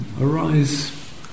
arise